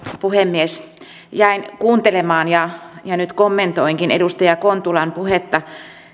puhemies jäin kuuntelemaan ja nyt kommentoinkin edustaja kontulan puhetta